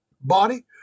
body